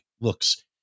looks